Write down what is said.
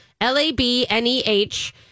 L-A-B-N-E-H